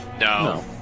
No